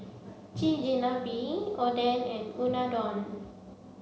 Chigenabe Oden and Unadon